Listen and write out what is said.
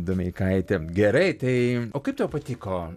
domeikaitę gerai tai o kaip tau patiko